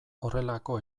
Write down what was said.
horrelako